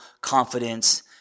confidence